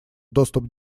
доступ